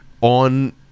on